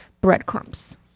breadcrumbs